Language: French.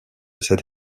cette